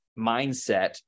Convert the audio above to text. mindset